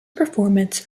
performance